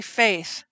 faith